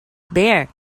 bare